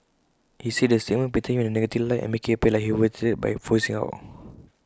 he said the statement painted him in A negative light and make IT appear like he overreacted by voicing out